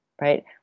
Right